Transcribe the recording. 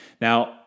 Now